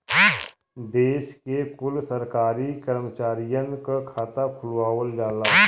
देश के कुल सरकारी करमचारियन क खाता खुलवावल जाला